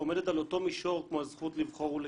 עומדת על אותו מישור כמו הזכות לבחור ולהיבחר,